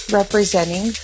representing